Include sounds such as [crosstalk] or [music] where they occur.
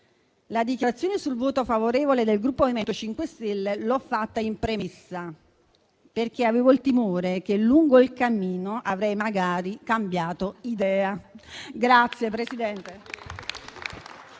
La dichiarazione di voto favorevole del Gruppo MoVimento 5 Stelle l'ho fatta in premessa, perché avevo il timore che lungo il cammino avrei magari cambiato idea. [applause]